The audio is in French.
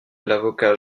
l’avocat